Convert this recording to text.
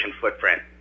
footprint